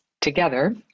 together